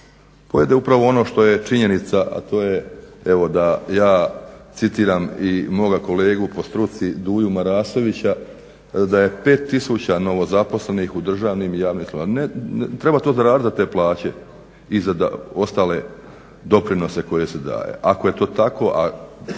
glede upravo ono što je činjenica evo da ja citiram i moga kolegu po struci Duju Marasovića da je 5 tisuća novozaposlenih u državnim i javnim službama. Ne treba to zaraditi za te plaće i za ostale doprinose koje se daje. Ako je to tako